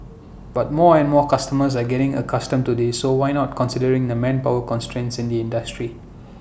but more and more customers are getting accustomed to this so why not considering the manpower constraints in the industry